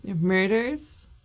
Murders